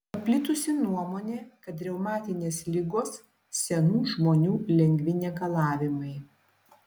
paplitusi nuomonė kad reumatinės ligos senų žmonių lengvi negalavimai